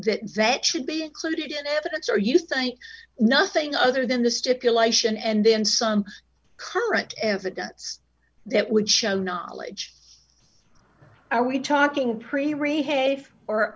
that that should be included in evidence or used nothing other than the stipulation and then some current evidence that would show knowledge are we talking